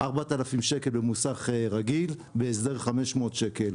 4,000 שקל במוסך רגיל, בהסדר 500 שקל.